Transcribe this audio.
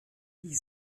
die